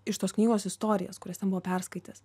iš tos knygos istorijas kurias ten buvo perskaitęs